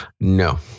No